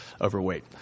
overweight